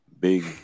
big